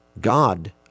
God